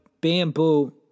bamboo